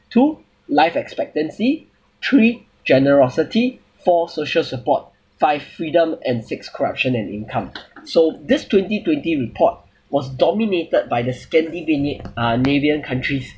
two life expectancy three generosity four social support five freedom and six corruption and income so this twenty twenty report was dominated by the scandinavi~ uh ~navian countries